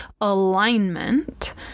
alignment